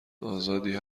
آزادی